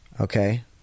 Okay